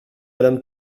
madame